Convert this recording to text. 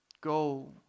Go